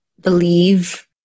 believe